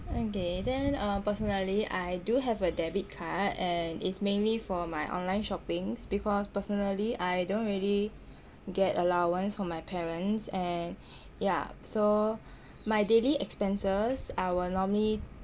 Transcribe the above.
okay then uh personally I do have a debit card and it's mainly for my online shoppings because personally I don't really get allowance from my parents and yah so my daily expenses I will normally